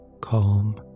Calm